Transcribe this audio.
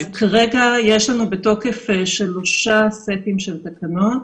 כרגע, יש לנו בתוקף שלושה סטים של תקנות.